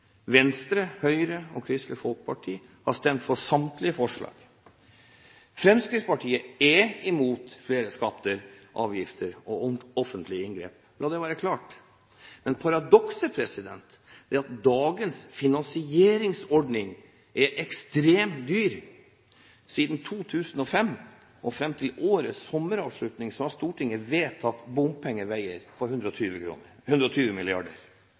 Venstre, Høyre og Kristelig Folkeparti har stemt for samtlige forslag. Fremskrittspartiet er imot flere skatter, avgifter og offentlige inngrep – la det være klart. Men paradokset er at dagens finansieringsordning er ekstremt dyr. Siden 2005 og fram til årets sommeravslutning har Stortinget vedtatt bompengeveier for 120